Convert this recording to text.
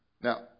Now